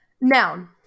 Noun